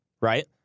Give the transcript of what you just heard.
right